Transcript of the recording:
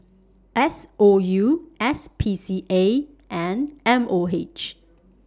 S O U S P C A and M O H